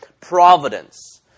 Providence